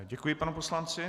Děkuji panu poslanci.